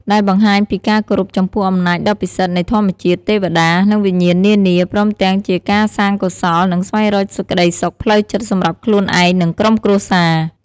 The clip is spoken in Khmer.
ដែលបង្ហាញពីការគោរពចំពោះអំណាចដ៏ពិសិដ្ឋនៃធម្មជាតិ ទេវតា និងវិញ្ញាណនានា ព្រមទាំងជាការសាងកុសល និងស្វែងរកសេចក្តីសុខផ្លូវចិត្តសម្រាប់ខ្លួនឯង និងក្រុមគ្រួសារ។